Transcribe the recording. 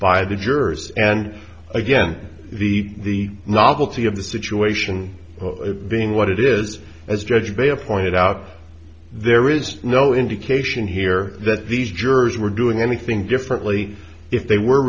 by the jurors and again the novelty of the situation being what it is as judged by a pointed out there is no indication here that these jurors were doing anything differently if they were